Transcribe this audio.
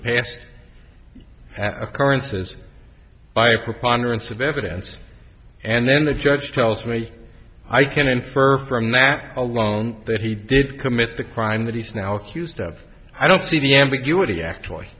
past occurrences by a preponderance of evidence and then the judge tells me i can infer from that alone that he did commit the crime that he's now accused of i don't see the ambiguity actually